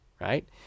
right